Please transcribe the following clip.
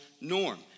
norm